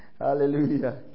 Hallelujah